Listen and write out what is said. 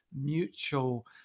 Mutual